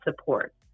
support